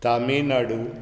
Tamil Nadu